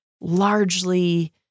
largely